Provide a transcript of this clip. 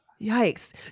yikes